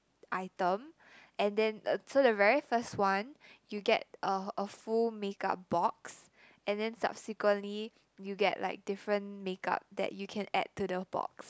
item and then so the very first one you get a a full make up box and then subsequently you get like different make up that you can add to the box